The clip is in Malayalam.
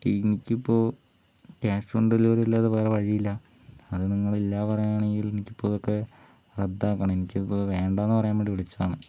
എനിക്കിപ്പോൾ ക്യാഷ് ഓൺ ഡെലിവറി അല്ലാതെ വേറെ വഴിയില്ല അത് നിങ്ങള് ഇല്ല പറയാണെങ്കിൽ എനിക്കിപ്പോൾ ഇതൊക്കെ റദ്ദാക്കണം എനിക്കിപ്പോൾ വേണ്ടാന്ന് പറയാൻ വേണ്ടി വിളിച്ചതാണ്